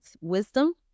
wisdom